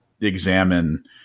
examine